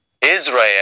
Israel